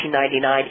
1999